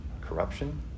corruption